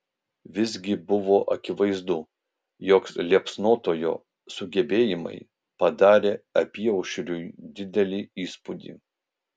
visgi buvo akivaizdu jog liepsnotojo sugebėjimai padarė apyaušriui didelį įspūdį